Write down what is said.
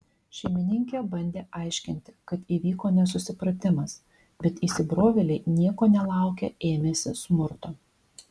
šeimininkė bandė aiškinti kad įvyko nesusipratimas bet įsibrovėliai nieko nelaukę ėmėsi smurto